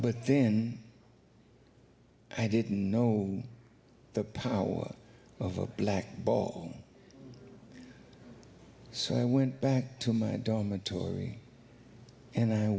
but then i didn't know the power of a black ball so i went back to my dormitory and i